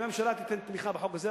אם הממשלה תיתן תמיכה לחוק הזה,